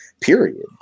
Period